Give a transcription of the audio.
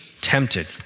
tempted